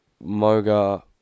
Moga